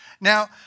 Now